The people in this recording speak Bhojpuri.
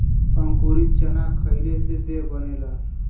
अंकुरित चना खईले से देह बनेला